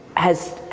has,